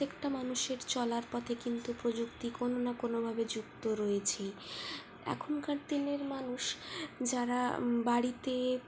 প্রত্যেকটা মানুষের চলার পথে কিন্তু প্রযুক্তি কোনো না কোনো ভাবে যুক্ত রয়েছেই এখনকার দিনের মানুষ যারা বাড়িতে